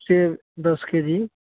सेब दस के जी